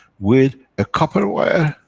with a copper wire,